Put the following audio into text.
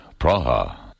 Praha